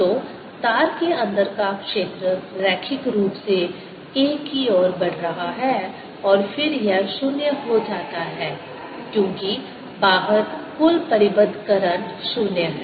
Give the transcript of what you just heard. तो तार के अंदर का क्षेत्र रैखिक रूप से a की ओर बढ़ रहा है और फिर यह 0 हो जाता है क्योंकि बाहर कुल परिबद्ध करंट 0 है